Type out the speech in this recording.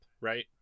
right